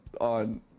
on